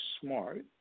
smart